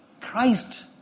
Christ